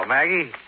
Maggie